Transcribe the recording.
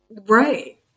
Right